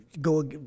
go